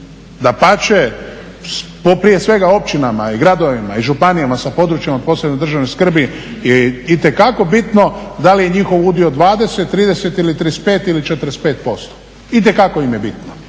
dapače po prije svega općinama, i gradovima, i županijama sa područja od posebne državne skrbi je itekako bitno da li je njihov udio 20, 30 ili 35 ili 45%, itekako im je bitno